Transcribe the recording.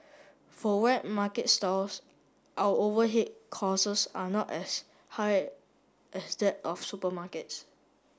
for wet market stalls our overhead costs are not as high as that of supermarkets